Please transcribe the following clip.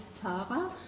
Tara